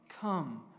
come